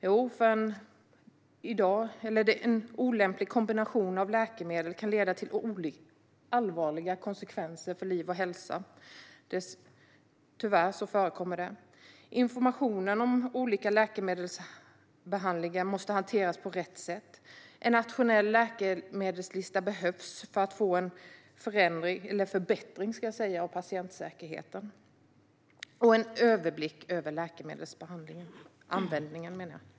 Jo, en olämplig kombination av läkemedel kan leda till allvarliga konsekvenser för liv och hälsa. Det förekommer tyvärr. Information om olika läkemedelsbehandlingar måste hanteras på rätt sätt. En nationell läkemedelslista behövs för att förbättra patientsäkerheten och för att få en överblick av läkemedelsanvändningen.